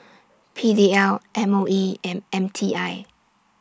P D L M O E and M T I